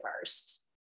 first